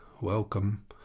welcome